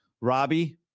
Robbie